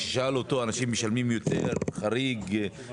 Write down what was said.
כששאלנו אותו אם אנשים משלמים יותר באופן חריג,